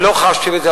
אני לא חשתי בזה,